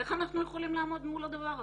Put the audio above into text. איך אנחנו יכולים לעמוד מול הדבר הזה?